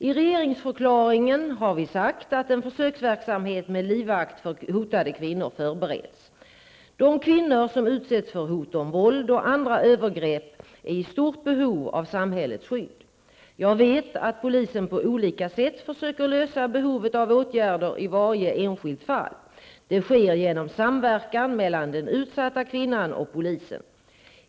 I regeringsförklaringen har vi sagt att en försöksverksamhet med livvakt för hotade kvinnor förbereds. De kvinnor som utsätts för hot om våld och andra övergrepp är i stort behov av samhällets skydd. Jag vet att polisen på olika sätt försöker lösa behovet av åtgärder i varje enskilt fall. Det sker genom samverkan mellan den utsatta kvinnan och polisen.